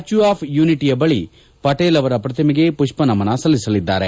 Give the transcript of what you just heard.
ಚು of unity ಬಳಿ ಪಟೇಲ್ ಅವರ ಪತ್ರಿಮೆಗೆ ಪುಷ್ಪ ನಮನ ಸಲ್ಲಿಸಲಿದ್ದಾರೆ